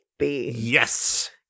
Yes